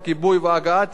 נושאי הרישוי,